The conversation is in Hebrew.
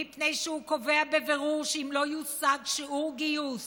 מפני שהוא קובע בבירור שאם לא יושג שיעור גיוס